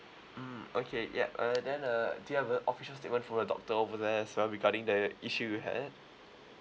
mm okay yup uh then uh do you have a official statement from the doctor over there as well regarding the issue you had